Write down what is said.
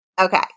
Okay